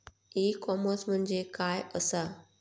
E commerce म्हणजे काय असा?